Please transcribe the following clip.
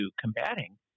combating